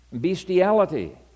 bestiality